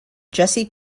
jesse